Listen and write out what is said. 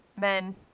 men